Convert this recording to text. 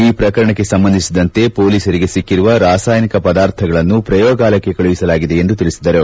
ಈ ಪ್ರಕರಣಕ್ಕೆ ಸಂಬಂಧಿಸಿದಂತೆ ಮೊಲೀಸರಿಗೆ ಸಿಕ್ಕಿರುವ ರಾಸಾಯನಿಕ ಪದಾರ್ಥಗಳನ್ನು ಪ್ರಯೋಗಾಲಯಕ್ಕೆ ಕಳುಹಿಸಲಾಗಿದೆ ಎಂದು ತಿಳಿಸಿದರು